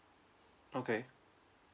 okay